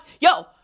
yo